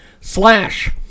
slash